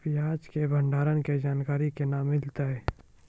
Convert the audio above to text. प्याज के भंडारण के जानकारी केना मिलतै?